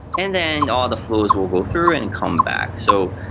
and then all the flows will go through and come back. so,